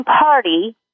party